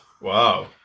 Wow